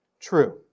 true